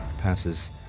passes